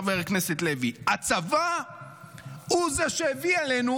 חבר הכנסת לוי: הצבא הוא זה שהביא עלינו